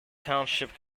township